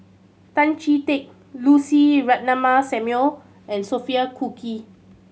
Tan Chee Teck Lucy Ratnammah Samuel and Sophia Cooke